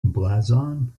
blazon